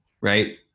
right